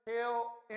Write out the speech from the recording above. hell